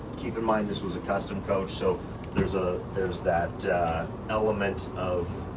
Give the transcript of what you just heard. keep in mind, this was a custom coach. so there's ah there's that element of